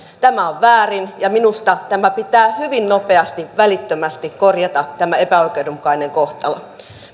tämä on väärin ja minusta pitää hyvin nopeasti välittömästi korjata tämä epäoikeudenmukainen kohtelu